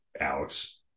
alex